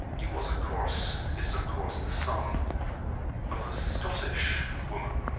he was of course, is of course, the son of a scottish woman,